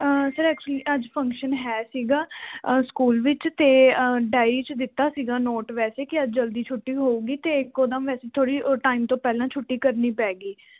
sir actually ਅੱਜ function ਹੈ ਸੀਗਾ ਸਕੂਲ ਵਿੱਚ ਅਤੇ ਡਾਇਰੀ 'ਚ ਦਿੱਤਾ ਸੀਗਾ ਨੋਟ ਵੈਸੇ ਕਿ ਅੱਜ ਜਲਦੀ ਛੁੱਟੀ ਹੋਊਗੀ ਅਤੇ ਇਕੋ ਦਮ ਅਸੀਂ ਥੋੜ੍ਹੀ ਓ ਟਾਈਮ ਤੋਂ ਪਹਿਲਾਂ ਛੁੱਟੀ ਕਰਨੀ ਪੈ ਗਈ